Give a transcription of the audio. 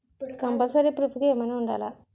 Compulsory proof గా ఎవరైనా ఉండాలా?